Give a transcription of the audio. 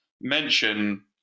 mention